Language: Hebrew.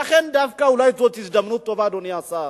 ולכן אולי זאת דווקא הזדמנות טובה, אדוני השר,